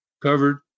covered